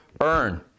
earn